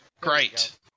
Great